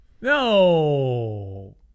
No